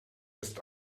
ist